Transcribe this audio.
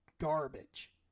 garbage